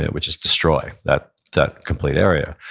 it would just destroy that that complete area.